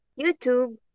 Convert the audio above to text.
YouTube